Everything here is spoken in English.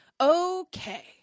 Okay